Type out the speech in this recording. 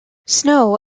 snow